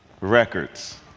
records